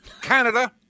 Canada